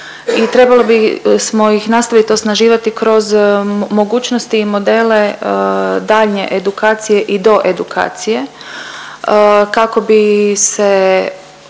trebali bismo ih nastaviti osnaživati kroz mogućnosti i modele daljnje edukacije i doedukacije kako bi se